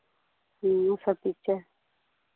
हाँ सब पिक्चर